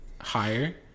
higher